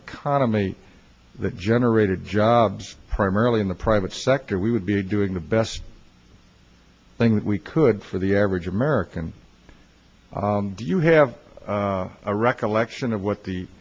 economy that generated jobs primarily in the private sector we would be doing the best thing that we could for the average american do you have a recollection of what the